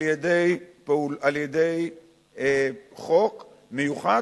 על-ידי חוק מיוחד,